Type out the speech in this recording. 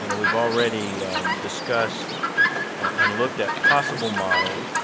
you know we've already discussed and looked at possible models.